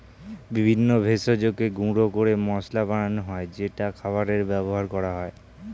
বিভিন্ন ভেষজকে গুঁড়ো করে মশলা বানানো হয় যেটা খাবারে ব্যবহার করা হয়